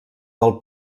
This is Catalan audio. del